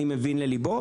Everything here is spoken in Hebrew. אני מבין לליבו,